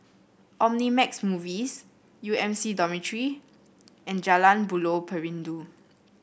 Omnimax Movies U M C Dormitory and Jalan Buloh Perindu